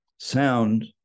sound